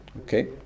Okay